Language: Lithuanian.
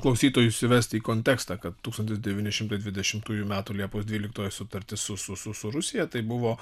klausytojus įvesti į kontekstą kad tūkstantis devyni šimtai dvidešimtųjų metų liepos dvyliktos sutartis su su su rusija tai buvo